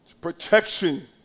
protection